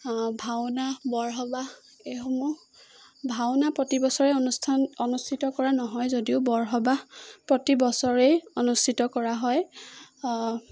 ভাওনা বৰসবাহ এইসমূহ ভাওনা প্ৰতিবছৰে অনুষ্ঠান অনুষ্ঠিত কৰা নহয় যদিও বৰসবাহ প্ৰতিবছৰেই অনুষ্ঠিত কৰা হয়